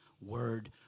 word